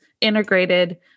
integrated